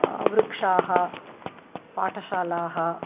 वृक्षाः पाठशालाः